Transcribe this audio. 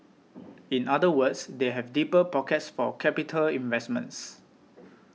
in other words they have deeper pockets for capital investments